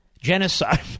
Genocide